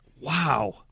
Wow